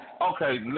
Okay